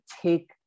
take